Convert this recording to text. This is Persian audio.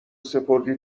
سپردی